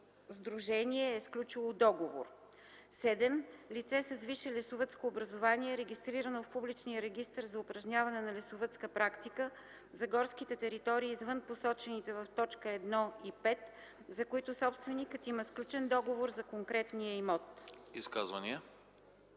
сдружение е сключило договор; 7. лице с висше лесовъдско образование, регистрирано в публичния регистър за упражняване на лесовъдска практика – за горските територии, извън посочените в т. 1 и 5, за които собственикът има сключен договор за конкретния имот.”